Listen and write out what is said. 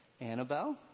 Annabelle